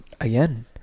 again